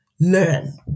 learn